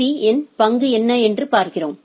பீ இன் பங்கு என்ன என்று பார்க்கிறோம்